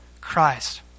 Christ